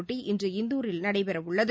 போட்டி இன்று இந்தூரில் நடைபெற உள்ளது